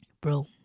bro